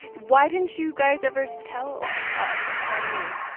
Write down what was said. why didn't you guys ever tell us or tell me?